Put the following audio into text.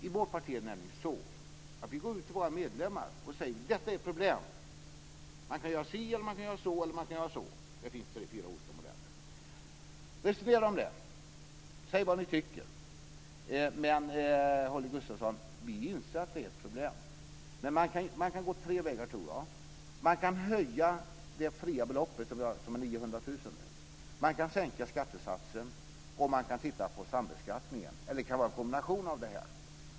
I vårt parti är det nämligen så att vi går ut till våra medlemmar och säger: Detta är ett problem. Man kan göra si eller så, och det finns tre fyra olika modeller. Resonera om det. Säg vad ni tycker. Men, Holger Gustafsson, vi inser att det är ett problem. Jag tror att man kan gå tre vägar. Man kan höja det fria beloppet som är 900 000 kr nu, man kan sänka skattesatsen, och man kan se över sambeskattningen. Det kan också vara en kombination av detta.